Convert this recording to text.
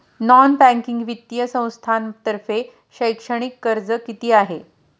Non banking वित्तीय संस्थांतर्फे शैक्षणिक कर्ज किती आहे?